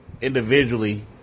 individually